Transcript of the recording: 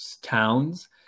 towns